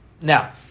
Now